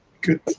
Good